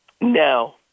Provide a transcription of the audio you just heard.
No